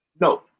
No